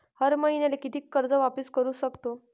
हर मईन्याले कितीक कर्ज वापिस करू सकतो?